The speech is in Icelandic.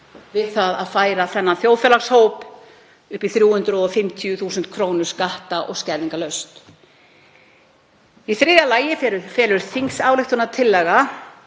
við það að færa þennan þjóðfélagshóp upp í 350.000 kr. skatta- og skerðingarlaust. Í þriðja lagi felur þingsályktunartillagan,